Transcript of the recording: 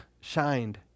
shined